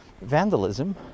vandalism